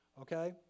Okay